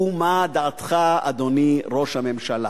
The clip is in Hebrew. ומה דעתך, אדוני ראש הממשלה?